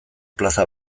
plaza